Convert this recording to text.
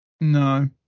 No